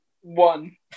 one